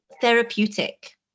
therapeutic